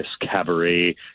cabaret